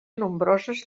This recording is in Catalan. nombroses